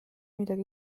midagi